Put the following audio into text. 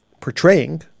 portraying